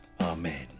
Amen